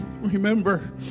remember